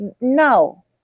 no